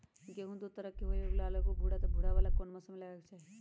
गेंहू दो तरह के होअ ली एगो लाल एगो भूरा त भूरा वाला कौन मौसम मे लगाबे के चाहि?